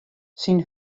syn